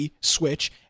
switch